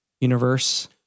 universe